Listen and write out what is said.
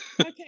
Okay